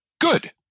good